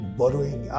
borrowing